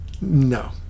No